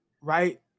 right